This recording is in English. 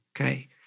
Okay